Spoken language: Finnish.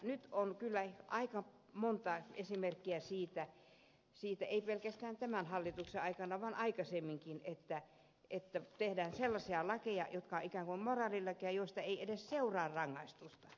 nyt on kyllä aika monta esimerkkiä siitä ei pelkästään tämän hallituksen aikana vaan aikaisemminkin että tehdään sellaisia lakeja jotka ovat ikään kuin moraalilakeja joista ei edes seuraa rangaistusta